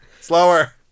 Slower